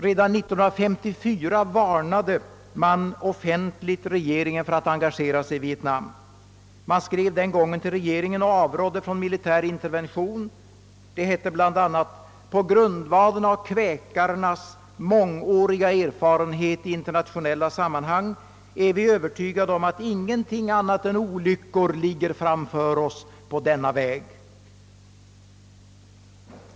Redan 1954 var nade man regeringen för att engagera sig i Vietnam. Man skrev den gången till regeringen och avrådde från militär intervention. Det hette bl.a.: »På grundvalen av kväkarnas mångåriga erfarenhet i internationella sammanhang är vi övertygade om att ingenting annat än olyckor ligger framför oss på denna väg.